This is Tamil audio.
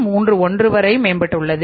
31 வரை மேம்பட்டுள்ளது